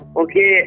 okay